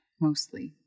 mostly